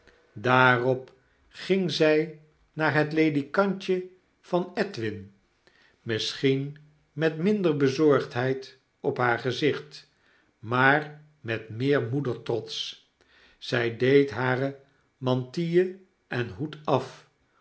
daarop ging zj naar het ledikantje van edwin misschien met minder bezorgdheid op haar gezicht maar met meer moedertrots zjj deed hare mantille en hoed af